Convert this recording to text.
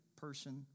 person